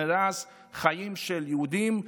נהרסים חיים של יהודים.